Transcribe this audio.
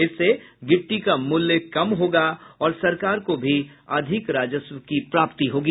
इससे गिट्टी का मूल्य कम होगा और सरकार को भी अधिक राजस्व की प्राप्ति होगी